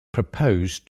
proposed